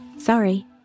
Sorry